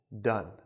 done